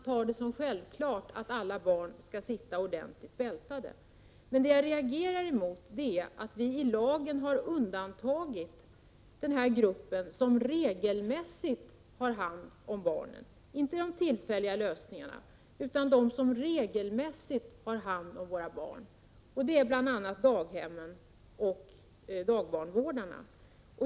1987/88:45 att alla barn skall sitta ordentligt bältade. Men det jag reagerar emot är att vii — 15 december 1987 lagen har undantagit den grupp som regelmässigt har hand om barnen —inte = Car oro sn, de som tillfälligt löser barnomsorgen, utan de som dagligen har hand om våra barn. Det handlar bl.a. om daghemmen och dagbarnvårdarna.